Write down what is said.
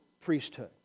priesthood